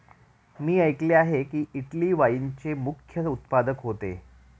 मी ऐकले आहे की, इटली वाईनचे मुख्य उत्पादक होते